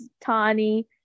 Tani